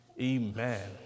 Amen